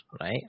right